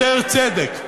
יותר צדק,